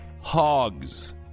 hogs